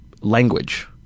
language